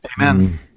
Amen